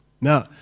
Now